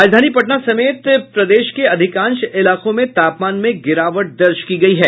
राजधानी पटना समेत प्रदेश के अधिकांश इलाकों में तापमान में गिरावट दर्ज की गयी है